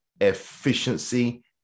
efficiency